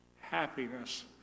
happiness